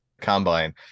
Combine